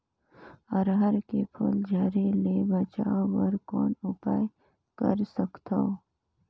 अरहर के फूल झरे ले बचाय बर कौन उपाय कर सकथव?